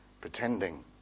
pretending